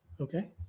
Okay